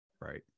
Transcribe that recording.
Right